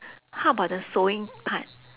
how about the sewing part